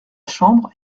chambre